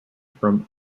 from